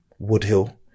Woodhill